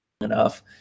enough